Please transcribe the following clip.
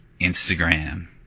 Instagram